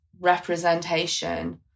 representation